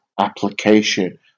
application